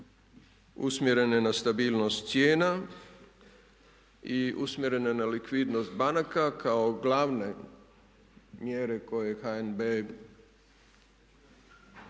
usmjerene na stabilnost cijena i usmjerene na likvidnost banaka kao glavne mjere koje je